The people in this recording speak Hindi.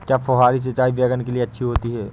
क्या फुहारी सिंचाई बैगन के लिए अच्छी होती है?